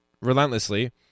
relentlessly